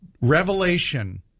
Revelation